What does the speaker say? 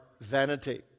vanity